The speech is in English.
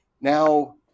now